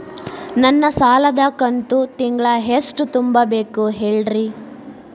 ನನ್ನ ಸಾಲದ ಕಂತು ತಿಂಗಳ ಎಷ್ಟ ತುಂಬಬೇಕು ಹೇಳ್ರಿ?